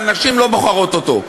אבל נשים לא בוחרות אותו.